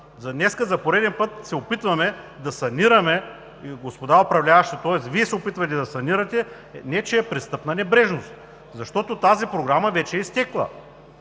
Днес за пореден път се опитваме да санираме, господа управляващи, тоест Вие се опитвате да санирате нечия престъпна небрежност, защото тази програма вече е изтекла.